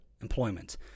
employment